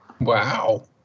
Wow